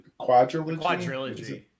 quadrilogy